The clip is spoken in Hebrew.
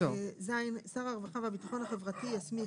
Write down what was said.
(ד)שר הרווחה והביטחון החברתי רשאי